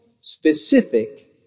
specific